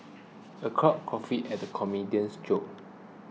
the crowd guffawed at the comedian's jokes